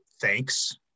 thanks